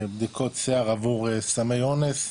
בדיקות שיער עבור סמי אונס,